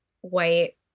white